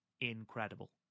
incredible